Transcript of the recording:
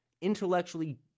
intellectually